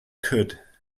could